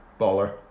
Baller